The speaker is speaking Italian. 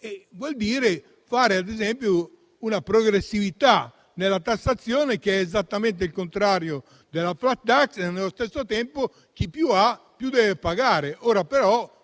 vuol dire, ad esempio, prevedere una progressività nella tassazione, che è esattamente il contrario della *flat tax* e, allo stesso tempo, chi più ha, più deve pagare. Però